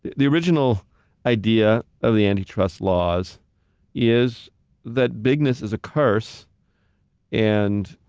the the original idea of the anti-trust laws is that bigness is a curse and,